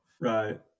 Right